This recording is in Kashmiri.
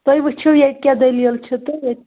تُہۍ ؤچھِو ییٚتہِ کیٛاہ دٔلیٖل چھِ تہٕ